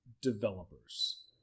developers